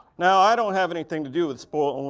now i don't have anything to do with spores,